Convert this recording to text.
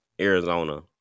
Arizona